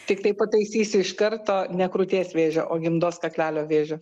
tiktai pataisysiu iš karto ne krūties vėžio o gimdos kaklelio vėžio